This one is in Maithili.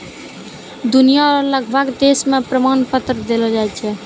दुनिया रो लगभग देश मे प्रमाण पत्र देलो जाय छै